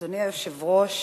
אדוני היושב-ראש,